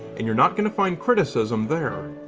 and you're not going to find criticism there.